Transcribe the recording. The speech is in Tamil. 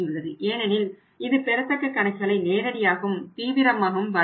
ஏனெனில் இது பெறத்தக்க கணக்குகளை நேரடியாகவும் தீவிரமாகவும் பாதிக்கிறது